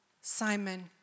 Simon